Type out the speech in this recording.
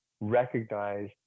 recognize